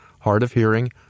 hard-of-hearing